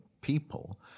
people